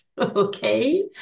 Okay